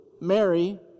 Mary